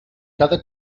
cada